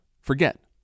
forget